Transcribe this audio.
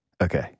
Okay